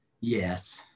yes